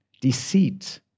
deceit